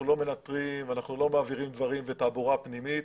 אנחנו לא מנטרים ואנחנו לא מעבירים דברים ותעבורה פנימית.